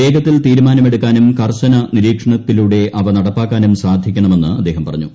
വേഗത്തിൽ തീരുമാനം എടുക്കാന്നും കീർശന നിരീക്ഷണത്തിലൂടെ അവ നടപ്പാക്കാനും സാധിക്കണമെന്ന് അദ്ദേഹ് പറഞ്ഞു